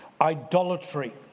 idolatry